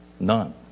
none